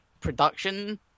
production